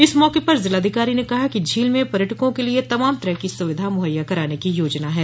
इस मौके पर जिलाधिकारी ने कहा कि झील में पर्यटकों के लिए तमाम तरह की सुविधा मुहैया कराने की योजना है